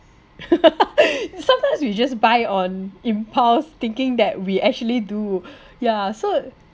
sometimes we just buy on impulse thinking that we actually do yeah so